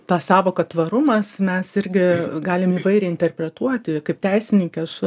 tą sąvoką tvarumas mes irgi galim įvairiai interpretuoti kaip teisininkė aš